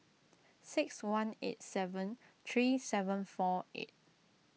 six one eight seven three seven four eight